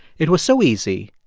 it was so easy,